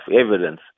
evidence